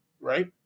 right